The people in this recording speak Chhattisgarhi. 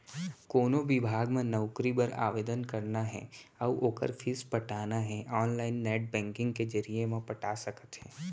कोनो बिभाग म नउकरी बर आवेदन करना हे अउ ओखर फीस पटाना हे ऑनलाईन नेट बैंकिंग के जरिए म पटा सकत हे